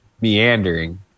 meandering